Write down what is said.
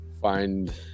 find